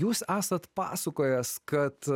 jūs esat pasakojęs kad